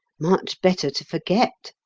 much better to forget.